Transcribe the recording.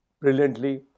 brilliantly